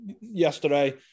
yesterday